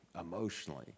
emotionally